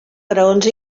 graons